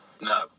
no